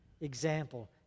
example